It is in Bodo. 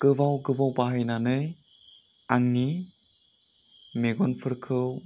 गोबाव गोबाव बाहायनानै आंनि मेगनफोरखौ